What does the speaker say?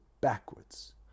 backwards